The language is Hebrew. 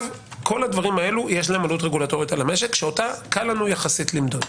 לכל הדברים האלו יש עלות רגולטורית על המשק שאותה קל לנו יחסית למדוד.